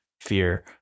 fear